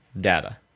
data